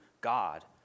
God